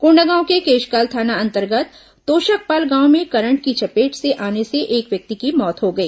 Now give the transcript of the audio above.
कोंडागांव के केशकाल थाना अंतर्गत तोषकपाल गांव में करंट की चपेट में आने से एक व्यक्ति की मौत हो गई